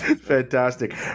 Fantastic